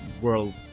world